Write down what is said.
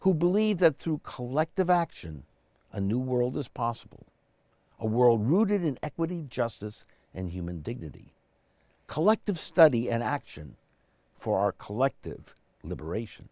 who believe that through collective action a new world is possible a world rooted in equity justice and human dignity collective study and action for our collective liberation